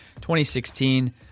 2016